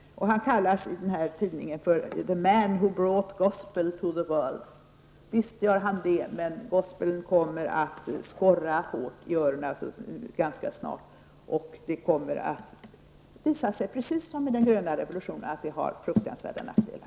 Han kallas i den här tidningen för ''The Man who brought Gospel to the World''. Visst gjorde han det, men gospeln kommer att skorra hårt i öronen ganska snart. Det kommer att visa sig, precis som med den gröna revolutionen, att det har fruktansvärda nackdelar.